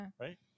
Right